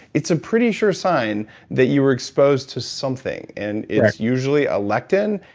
it's a pretty sure sign that you were exposed to something. and it's usually a lectin.